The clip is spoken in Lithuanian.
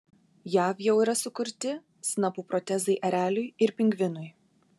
jav jau yra sukurti snapų protezai ereliui ir pingvinui